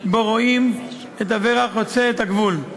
שבו רואים את אברה חוצה את הגבול.